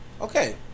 Okay